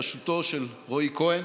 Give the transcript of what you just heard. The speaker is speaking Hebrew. בראשותו של רועי כהן.